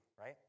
right